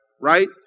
right